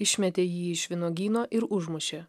išmetė jį iš vynuogyno ir užmušė